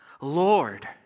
Lord